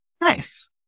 Nice